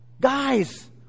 Guys